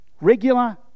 Regular